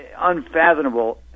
unfathomable